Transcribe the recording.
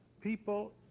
people